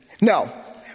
No